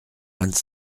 vingt